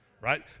right